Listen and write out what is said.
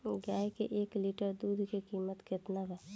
गाय के एक लीटर दूध के कीमत केतना बा?